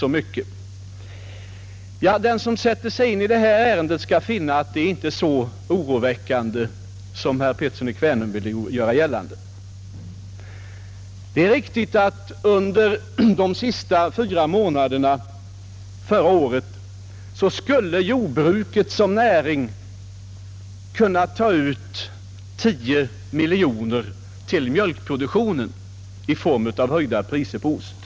För min del säger jag, att den som satt sig in i detta ärende skall finna att det inte är så oroväckande som herr Pettersson i Kvänum vill göra gällande. Det är riktigt att jordbruket som näring under de fyra sista månaderna förra året skulle ha kunnat ta ut 10 miljoner kronor till mjölkproduktionen i form av höjda priser på ost.